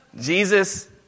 Jesus